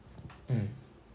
mm